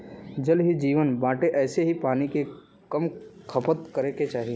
जल ही जीवन बाटे एही से पानी के कम खपत करे के चाही